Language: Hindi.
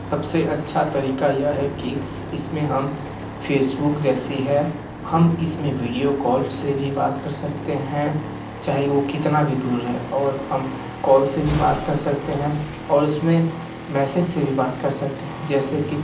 सबसे अच्छा तरीका यह है कि इसमें हम फेसबुक जैसी है हम इसमें वीडियो कॉल से भी बात कर सकते हैं चाहे वो कितना भी दूर रहे और हम कॉल से भी बात कर सकते हैं और उसमें मैसेज से भी बात कर सकते हैं जैसे कि